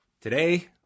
Today